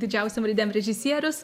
didžiausiom raidėm režisierius